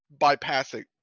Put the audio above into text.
bypassing